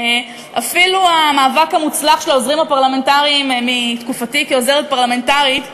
אפילו המאבק המוצלח של העוזרים הפרלמנטריים בתקופתי כעוזרת פרלמנטרית,